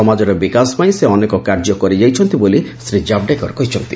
ସମାଜରେ ବିକାଶ ପାଇଁ ସେ ଅନେକ କାର୍ଯ୍ୟ କରିଯାଇଛନ୍ତି ବୋଲି ଶ୍ରୀ ଜାଭେଡକର କହିଛନ୍ତି